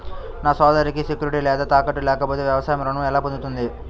నా సోదరికి సెక్యూరిటీ లేదా తాకట్టు లేకపోతే వ్యవసాయ రుణం ఎలా పొందుతుంది?